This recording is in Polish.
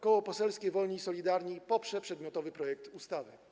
Koło Poselskie Wolni i Solidarni poprze przedmiotowy projekt ustawy.